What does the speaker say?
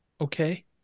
Okay